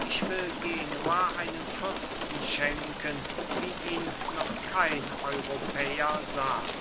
ich will genua einen fürsten schenken wie ihn noch kein europäer sah